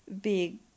big